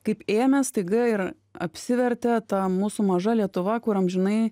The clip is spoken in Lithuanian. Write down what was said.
kaip ėmė staiga ir apsivertė ta mūsų maža lietuva kur amžinai